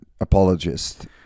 apologist